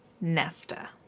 Nesta